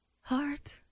heart